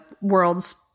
world's